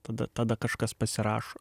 tada tada kažkas pasirašo